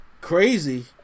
Crazy